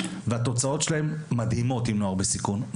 והתוצאות שלהם עם נוער בסיכון מדהימות.